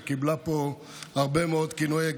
שקיבלה פה הרבה מאוד כינויי גנאי.